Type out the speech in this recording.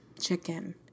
chicken